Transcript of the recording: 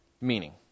meaning